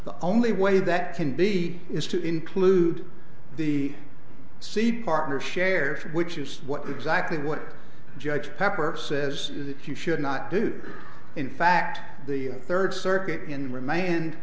the only way that can be is to include the seed partner shares which is what exactly what judge pepper says is that you should not do in fact the third circuit in